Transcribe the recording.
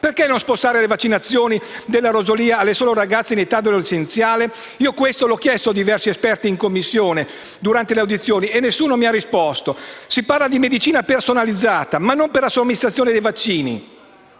Perché non spostare la vaccinazione della rosolia alle sole ragazze in età adolescenziale? Questa domanda l'ho rivolta a diversi esperti in Commissione durante le audizioni ma nessuno mi ha risposto. Si parla di medicina personalizzata, ma non per la somministrazione dei vaccini.